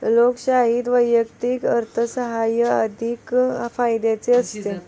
लोकशाहीत वैयक्तिक अर्थसाहाय्य अधिक फायद्याचे असते